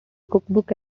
cookbook